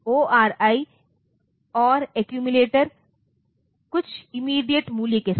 ORI or accumulator कुछ immediate मूल्य के साथ